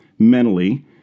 Mentally